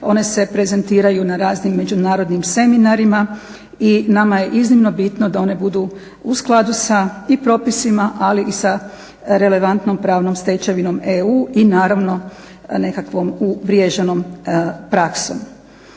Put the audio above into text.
one se prezentiraju na raznim međunarodnim seminarima i nama je iznimno bitno da one budu u skladu sa i sa propisima, ali i sa relevantnom pravnom stečevinom EU i naravno nekakvom uvriježenom praksom.